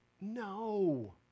No